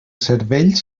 cervell